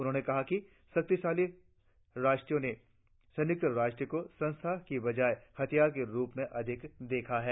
उन्होंने कहा कि शाक्तिशाली राष्ट्रों ने संयुक्त राष्ट्र को संस्थान की बजाय हथियार के रुप में अधिक देखा है